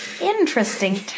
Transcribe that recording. interesting